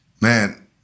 man